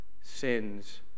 sins